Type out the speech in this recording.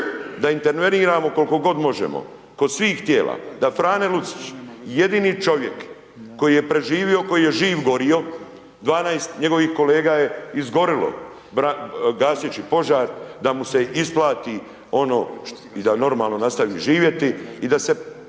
da interveniramo koliko god možemo, da Frane Lucić, jedini čovjek koji je preživio, koji je živ gorio, 12 njegovih kolega je izgorjelo gaseći požar, da mu se isplati ono i da normalno nastavi živjeti i da se